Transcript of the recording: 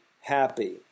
happy